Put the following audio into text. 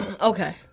Okay